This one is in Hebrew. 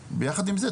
ביחד עם זה,